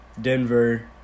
Denver